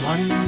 One